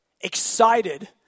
excited